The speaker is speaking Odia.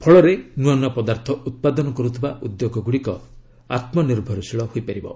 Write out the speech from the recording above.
ଫଳରେ ନୂଆ ନୂଆ ପଦାର୍ଥ ଉତ୍ପାଦନ କରୁଥିବା ଉଦ୍ୟୋଗଗୁଡ଼ିକ ଆତ୍ମନିର୍ଭରଶୀଳ ହୋଇପାରିବେ